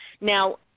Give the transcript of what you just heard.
now